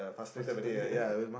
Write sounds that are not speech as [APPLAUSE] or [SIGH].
frustrated then [LAUGHS]